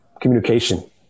communication